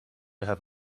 have